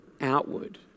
outward